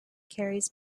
carries